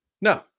No